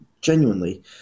genuinely